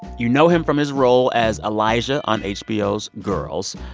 you know him from his role as elijah on hbo's girls.